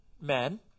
men